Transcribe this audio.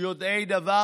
יודעי דבר?